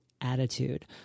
attitude